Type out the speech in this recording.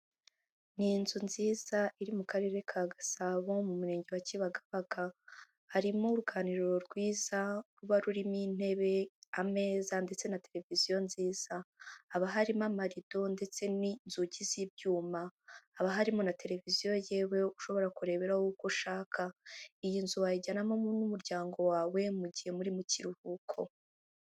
Ni inzu nziza iri mu Karere ka Gasabo, mu Murenge wa Kibagabaga, harimo uruganiriro rwiza ruba rurimo intebe, ameza ndetse na televiziyo nziza. Haba harimo amarido ndetse n'inzugi z'ibyuma. Haba harimo na televiziyo yewe ushobora kureberaho uko ushaka, iyi nzu wayijyanamo n'umuryango wawe mu gihe muri mu kiruhuko.